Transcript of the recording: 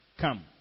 come